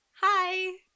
hi